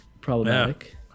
problematic